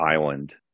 island